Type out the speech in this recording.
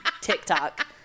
tiktok